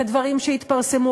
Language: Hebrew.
את הדברים שהתפרסמו,